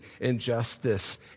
injustice